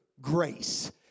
grace